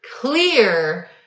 clear